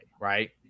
right